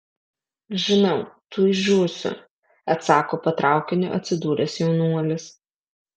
žinau tuoj žūsiu atsako po traukiniu atsidūręs jaunuolis